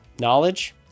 knowledge